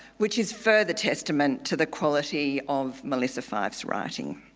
which is further testament to the quality of melissa fyfe's writing.